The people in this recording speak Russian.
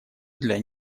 для